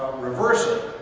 reverse it.